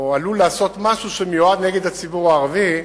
או עלול לעשות משהו שמיועד נגד הציבור הערבי,